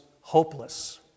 hopeless